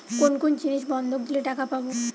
কোন কোন জিনিস বন্ধক দিলে টাকা পাব?